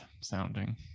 sounding